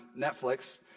Netflix